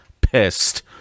pissed